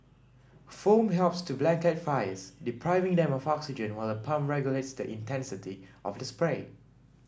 foam helps to blanket fires depriving them of oxygen while a pump regulates the intensity of the spray